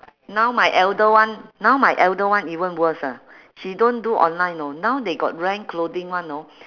now my elder one now my elder one even worst ah she don't do online know now they got rent clothing [one] know